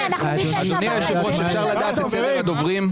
אדוני היושב ראש, אפשר לדעת את סדר הדוברים?